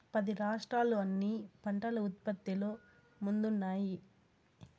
పది రాష్ట్రాలు అన్ని పంటల ఉత్పత్తిలో ముందున్నాయి